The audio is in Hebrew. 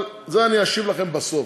אבל על זה אני אשיב לכם בסוף.